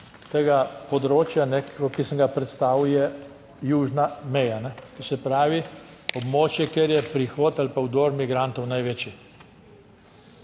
tega področja, ki sem ga predstavil, je južna meja, to se pravi območje, kjer je prihod ali pa vdor migrantov največji.